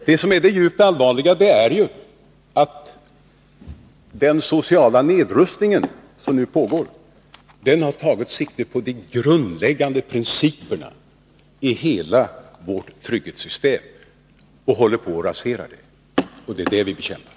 Det som är det djupt allvarliga är ju att den sociala nedrustning som nu pågår har tagit sikte på de grundläggande principerna för hela vårt trygghetssystem och håller på att rasera det. Det är den politiken vi bekämpar.